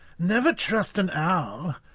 never trust an owl.